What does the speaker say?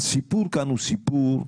בבקשה.